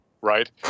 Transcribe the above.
right